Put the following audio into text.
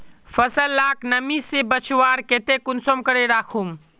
फसल लाक नमी से बचवार केते कुंसम करे राखुम?